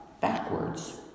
backwards